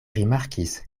rimarkis